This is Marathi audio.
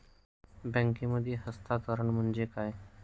बँकांमधील हस्तांतरण म्हणजे काय?